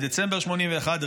בדצמבר 1981,